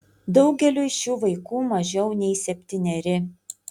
daugeliui šių vaikų mažiau nei septyneri